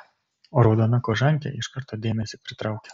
o raudona kožankė iš karto dėmesį pritraukia